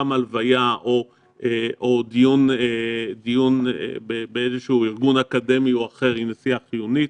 גם הלוויה או דיון באיזשהו ארגון אקדמי או אחר היא נסיעה חיונית,